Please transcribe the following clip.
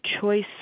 choice